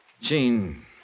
Jean